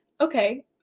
okay